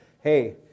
hey